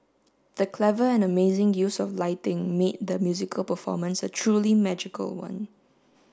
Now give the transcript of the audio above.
the clever and amazing use of lighting made the musical performance a truly magical one